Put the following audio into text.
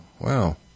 Wow